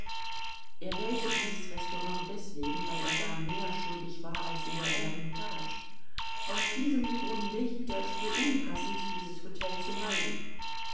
er wählte dieses restaurant deswegen weil er da mehr schuldig war als in der eremitage aus diesem grunde hielt er es für unpassend dieses hotel zu meiden